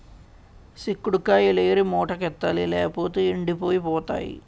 సిక్కుడు కాయిలేరి మూటకెత్తాలి లేపోతేయ్ ఎండిపోయి పోతాయి